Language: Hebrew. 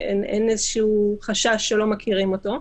אין חשש שלא מכירים אותו.